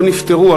הן לא נפתרו,